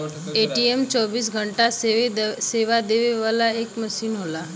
ATM चौबीस घंटा सेवा देवे वाला एक मसीन होला